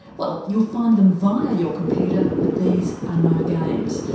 well, you'll find them via your computer but these are no games.